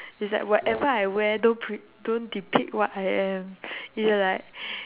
it's like whatever I wear don't pre~ don't depict what I am ya like